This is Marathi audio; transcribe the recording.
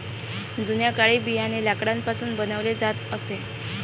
जुन्या काळी बियाणे लाकडापासून बनवले जात असे